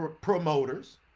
promoters